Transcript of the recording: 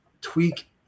tweak